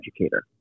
educator